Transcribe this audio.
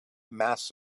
mass